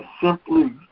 simply